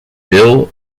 bill